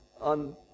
on